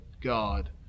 God